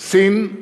סין,